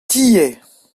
tiez